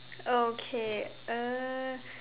okay uh